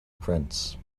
prince